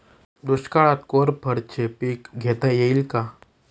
दुष्काळात कोरफडचे पीक घेता येईल का?